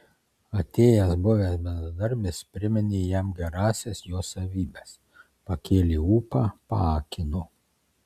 atėjęs buvęs bendradarbis priminė jam gerąsias jo savybes pakėlė ūpą paakino